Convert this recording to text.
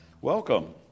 Welcome